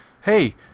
hey